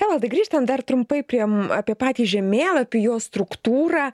evaldai grįžtam dar trumpai prie apie patį žemėlapį jo struktūrą